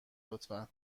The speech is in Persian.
لطفا